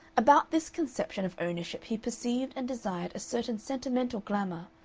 about this conception of ownership he perceived and desired a certain sentimental glamour,